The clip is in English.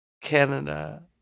canada